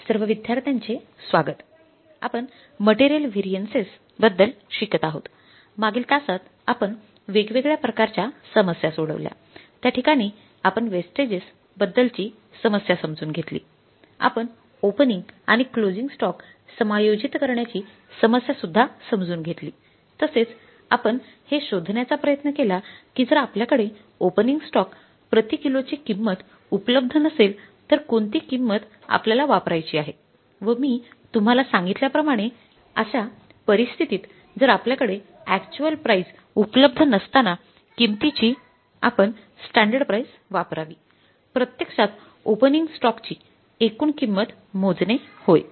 सर्व विद्यार्थ्यांचे स्वागत आपण मटेरियल व्हॅरिएन्सेस एकूण किंमत मोजणे होय